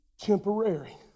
temporary